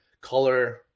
color